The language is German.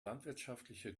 landwirtschaftliche